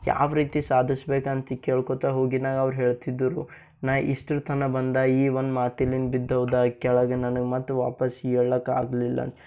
ಯಾವ ರೀತಿ ಸಾಧಿಸ್ಬೇಕು ಅಂತ ಕೇಳ್ಕೋತ ಹೋಗಿ ನಂಗೆ ಅವ್ರು ಹೇಳ್ತಿದ್ದರು ನಾನು ಇಷ್ಟ್ರುತನ ಬಂದೆ ಈ ಒಂದು ಮಾತಿಲಿಂದ ಬಿದ್ಧೋದೆ ಕೆಳಗೆ ನನಗೆ ಮತ್ತೆ ವಾಪಸ್ ಏಳಕ್ಕೆ ಆಗಲಿಲ್ಲ